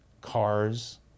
Cars